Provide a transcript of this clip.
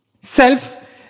self